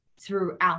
throughout